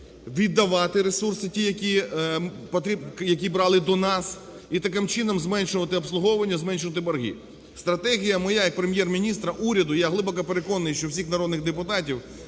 віддавати ресурси ті, які брали до нас, і таким чином зменшувати обслуговування, зменшувати борги. Стратегія моя як Прем'єр-міністра, уряду, я глибоко переконаний, що і всіх народних депутатів,